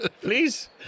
Please